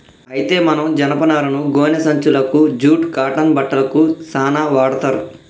అయితే మనం జనపనారను గోనే సంచులకు జూట్ కాటన్ బట్టలకు సాన వాడ్తర్